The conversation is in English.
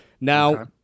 now